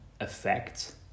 effect